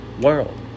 world